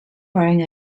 wearing